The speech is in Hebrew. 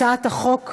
הצעת החוק עברה,